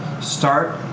start